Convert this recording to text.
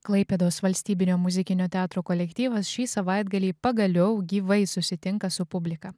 klaipėdos valstybinio muzikinio teatro kolektyvas šį savaitgalį pagaliau gyvai susitinka su publika